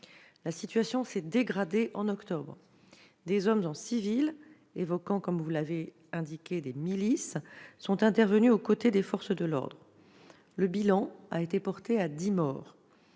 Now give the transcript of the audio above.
La situation s'est dégradée en octobre dernier. Des hommes en civil évoquant, comme vous l'avez indiqué, des milices sont intervenus aux côtés des forces de l'ordre. Le bilan a été estimé à 10 morts.